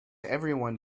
everyone